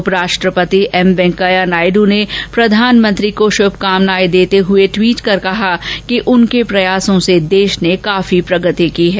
उपराष्ट्रति M Venkaiah Naidu ने प्रधानमंत्री को शुभकामनाएं देते हुए ट्वीट कर कहा कि उनके प्रयासों से देश ने काफी प्रगति की है